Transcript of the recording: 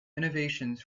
innovations